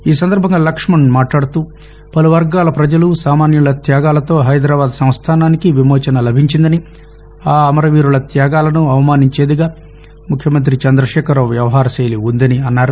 ఈ సందర్బంగా లక్ష్మణ్ మాట్లాడుతూ పలు వర్గాల పజలు సామాన్యుల త్యాగాలతో హైదరాబాద్ సంస్థానానికి విమోచన లభించిందని ఆ అమరవీరుల త్యాగాలను అవమానించేదిగా ముఖ్యమంతి చందశేఖరరావు వ్యవహారశైలి ఉందని అన్నారు